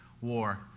War